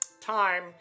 time